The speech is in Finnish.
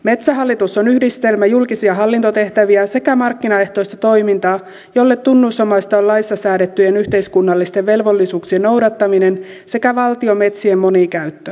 metsähallitus on yhdistelmä julkisia hallintotehtäviä sekä markkinaehtoista toimintaa jolle tunnusomaista on laissa säädettyjen yhteiskunnallisten velvollisuuksien noudattaminen sekä valtion metsien monikäyttö